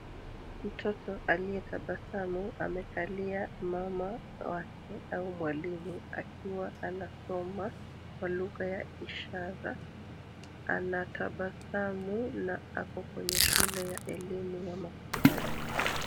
Mtoto aliyetabasamu, amekalia mama wake au mwalimu; akiwa anasoma kwa kugha ya ishara. Anatabasamu na ako kwenye shule ya elimu ya mahitaji.